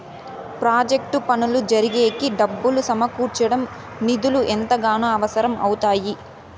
project పనులు జరిగేకి డబ్బులు సమకూర్చడం నిధులు ఎంతగానో అవసరం అవుతాయి